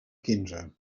quinze